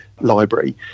library